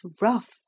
rough